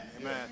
Amen